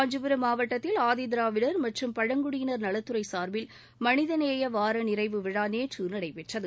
காஞ்சிபுரம் மாவட்டத்தில் ஆதிதிராவிடர் மற்றும் பழங்குடியினர் நலத்துறை சார்பில் மனித நேய வார நிறைவு விழா நேற்று நடைபெற்றது